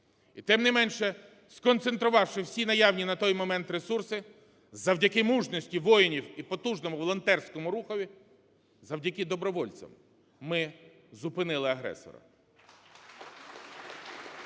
І тим не менше, сконцентрувавши всі наявні на той момент ресурси, завдяки мужності воїнів і потужному волонтерському рухові, завдяки добровольцям ми зупинили агресора.